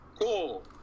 cool